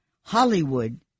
Hollywood